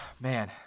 Man